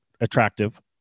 attractive